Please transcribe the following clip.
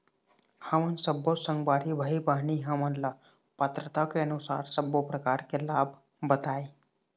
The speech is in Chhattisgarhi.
हमन सब्बो संगवारी भाई बहिनी हमन ला पात्रता के अनुसार सब्बो प्रकार के लाभ बताए?